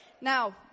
Now